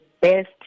best